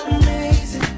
amazing